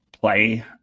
play